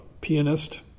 pianist